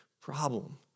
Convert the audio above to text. problem